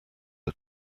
are